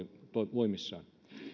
voimissaan